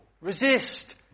Resist